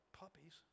puppies